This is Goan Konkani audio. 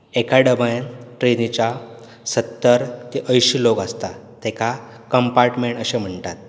एका डब्यांत ट्रेनीच्या सत्तर ते अंयशी लोक आसतात ताका कंपार्टमेंट अशें म्हणटात